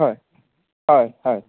हय हय हय